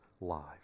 lives